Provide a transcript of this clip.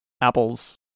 Apple's